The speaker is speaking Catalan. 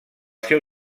seu